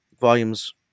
volumes